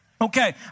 Okay